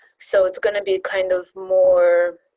so it's going to be kind of more,